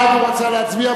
בעד הוא רצה להצביע,